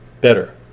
better